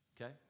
Okay